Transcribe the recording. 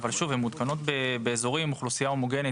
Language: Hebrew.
אבל הן מותקנות באזורים עם אוכלוסיה הומוגנית,